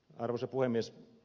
arvoisa puhemies